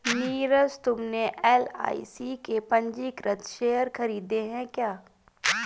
नीरज तुमने एल.आई.सी के पंजीकृत शेयर खरीदे हैं क्या?